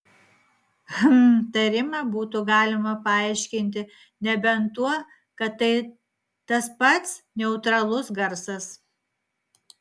hm tarimą būtų galima paaiškinti nebent tuo kad tai tas pats neutralus garsas